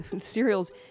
cereals